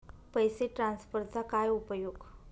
पैसे ट्रान्सफरचा काय उपयोग?